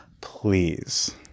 Please